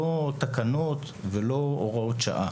לא תקנות ולא הוראות שעה